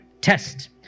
test